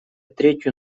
третью